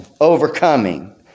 overcoming